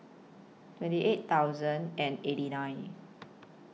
twenty eight thousand and eighty nine